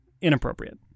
inappropriate